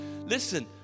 Listen